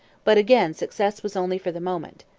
but again success was only for the moment.